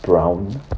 brown